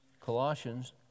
Colossians